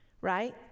right